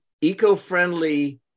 eco-friendly